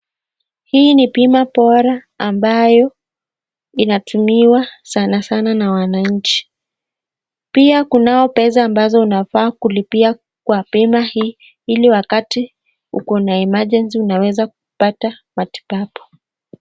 Hii ni bima bora ambayo inatumiwa sana sana na wananchi. Pia kunao pesa ambazo unafaa kulipia kwa bima hii ili wakati uko na emergency unaweza kupata matibabu.